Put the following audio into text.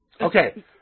Okay